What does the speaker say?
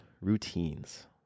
routines